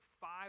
five